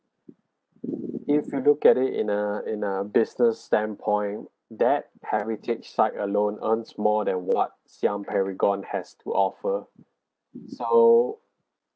if you look at it in a in a business standpoint that heritage site alone earns more than what siam paragon has to offer so